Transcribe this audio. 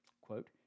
Quote